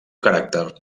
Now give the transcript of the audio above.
caràcter